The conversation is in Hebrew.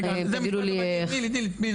תגידו לי איך --- תני לי תני.